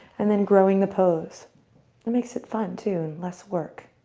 and then growing the pose. that makes it fun too, and less work.